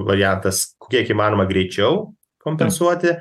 variantas kiek įmanoma greičiau kompensuoti